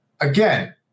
Again